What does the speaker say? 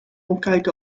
opkijken